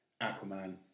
Aquaman